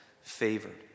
favored